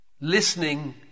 Listening